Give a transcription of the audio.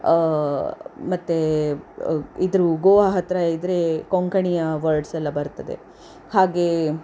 ಮತ್ತು ಇದ್ದರು ಗೋವಾ ಹತ್ತಿರ ಇದ್ದರೆ ಕೊಂಕಣಿಯ ವರ್ಡ್ಸ್ ಎಲ್ಲ ಬರ್ತದೆ ಹಾಗೆಯೇ